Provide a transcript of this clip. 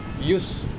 use